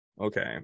Okay